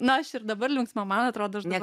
na aš ir dabar linksma man atrodo aš dabar